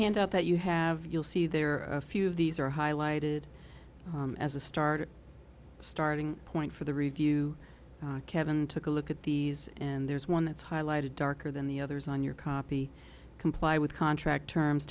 handout that you have you'll see there are a few of these are highlighted as a start starting point for the review kevin took a look at these and there's one that's highlighted darker than the others on your copy comply with contract terms